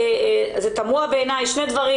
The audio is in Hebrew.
זה תמוהה בעיניי שני דברים,